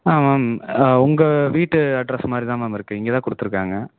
ஆ ma'am உங்கள் வீட்டு address மாதிரி தான் மேம் இருக்குது இங்கே தான் கொடுத்துருக்காங்க